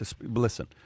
listen